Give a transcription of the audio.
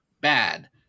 bad